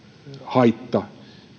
haitta